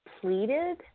pleaded